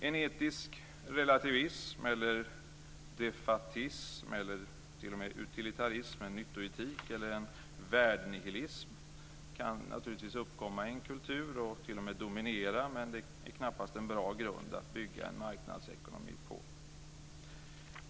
En etisk relativism, en defaitism eller t.o.m. utilitarism med nyttoetik och värdenihilism kan givetvis uppkomma i en kultur och t.o.m. dominera, men det är knappast en bra grund att bygga en marknadsekonomi på.